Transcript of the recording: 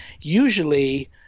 Usually